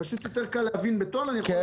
פשוט יותר קל להבין בטון אני חושב.